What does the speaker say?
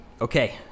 Okay